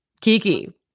Kiki